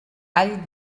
all